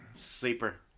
sleeper